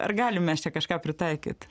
ar galime mes čia kažką pritaikyt